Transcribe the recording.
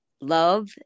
love